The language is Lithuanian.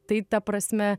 tai ta prasme